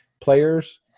players